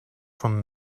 from